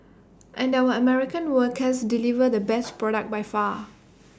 and our American workers deliver the best product by far